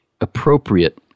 appropriate